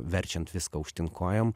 verčiant viską aukštyn kojom